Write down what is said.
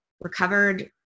recovered